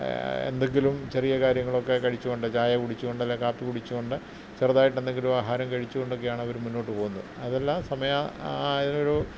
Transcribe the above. എന്തെങ്കിലും ചെറിയ കാര്യങ്ങളൊക്കെ കഴിച്ച് കൊണ്ട് ചായ കുടിച്ച് കൊണ്ട് അല്ലേ കാപ്പി കുടിച്ച് കൊണ്ട് ചെറുതായിട്ട് എന്തെങ്കിലും ആഹാരം കഴിച്ചു കൊണ്ടൊക്കെ ആയാണ് അവർ മുന്നോട്ട് പോകുന്നത് അതെല്ലാം കൊണ്ടൊക്കെയാണ് സമയം അതിന് ഒരു